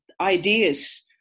ideas